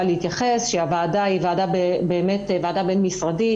להתייחס שהוועדה היא באמת ועדה בין משרדית,